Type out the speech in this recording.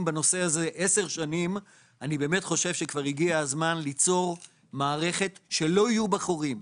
בנושא הזה 10 שנים - ליצור מערכת שלא יהיו בה חורים,